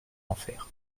enfer